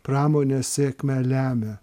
pramonės sėkmę lemia